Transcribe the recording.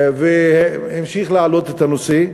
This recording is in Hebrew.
והמשיך להעלות את הנושא.